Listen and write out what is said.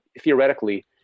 theoretically